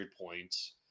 points